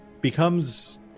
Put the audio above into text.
becomes